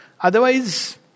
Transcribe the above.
Otherwise